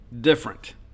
different